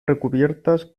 recubiertas